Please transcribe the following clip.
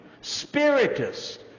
spiritist